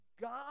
God